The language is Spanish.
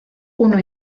uno